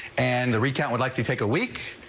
and the recount would like to take a week.